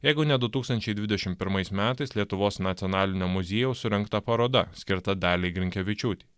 jeigu ne du tūkstančiai dvidešimt pirmais metais lietuvos nacionalinio muziejaus surengta paroda skirta daliai grinkevičiūtei